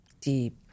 Deep